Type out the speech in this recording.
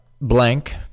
Blank